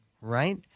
right